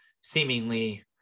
seemingly